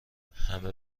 همه